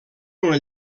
una